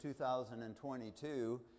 2022